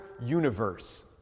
universe